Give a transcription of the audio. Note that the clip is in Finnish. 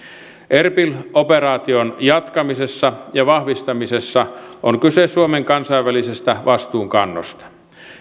erbil operaation jatkamisessa ja vahvistamisessa on kyse suomen kansainvälisestä vastuunkannosta